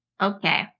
Okay